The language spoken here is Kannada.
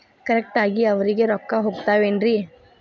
ಕರೆಕ್ಟ್ ಆಗಿ ಅವರಿಗೆ ರೊಕ್ಕ ಹೋಗ್ತಾವೇನ್ರಿ?